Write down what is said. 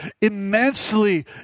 Immensely